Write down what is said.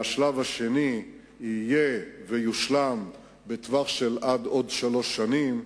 והשלב השני יושלם בטווח של עד עוד שלוש שנים,